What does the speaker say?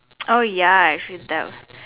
oh ya actually that was